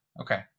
okay